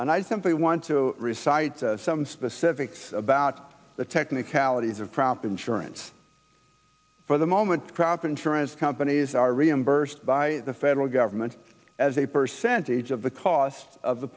and i simply want to recites some specifics about the technicalities of crop insurance for the moment crop insurance companies are really first by the federal government as a percentage of the cost of the